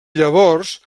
llavors